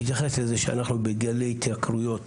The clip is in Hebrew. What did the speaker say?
בהתייחס לזה שאנחנו בגלי התייקרויות